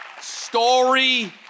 story